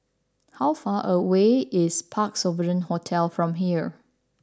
how far away is Parc Sovereign Hotel from here